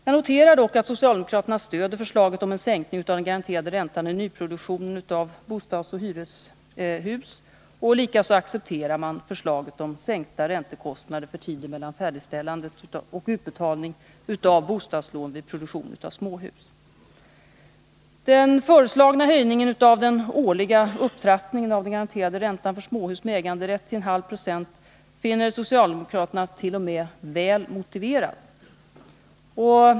Jag noterar dock att socialdemokraterna stöder förslaget om en sänkning av den garanterade räntan i nyproduktionen av bostadsrättsoch hyreshus. Likaså accepterar man förslaget om sänkta räntekostnader för tiden mellan färdigställandet och utbetalningen av bostadslån vid produktion av småhus. Den föreslagna höjningen av den årliga upptrappningen av den garanterade räntan för småhus med äganderätt till 0,5 926 finner socialdemokraterna t.o.m. väl motiverad.